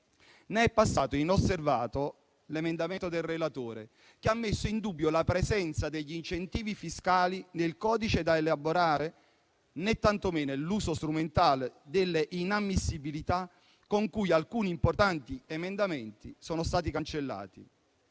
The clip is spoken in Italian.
Né è passato inosservato l'emendamento del relatore che ha messo in dubbio la presenza degli incentivi fiscali nel codice da elaborare; né tantomeno l'uso strumentale delle inammissibilità con cui alcuni importanti emendamenti sono stati cancellati.